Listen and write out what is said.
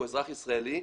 הוא אזרח ישראלי,